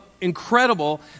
incredible